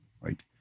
right